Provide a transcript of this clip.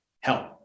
help